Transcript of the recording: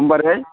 समबारै